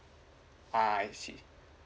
uh I see